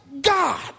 God